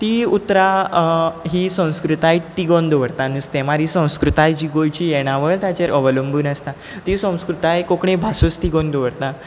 तीं उतरां ही संस्कृताय तिगोवन दवरता नुस्तेमारी संस्कृताय जी गोंयची येणावळ ताजेर अवलंबून आसता ती संस्कृताय कोंकणी भासूच तिगोवन दवरता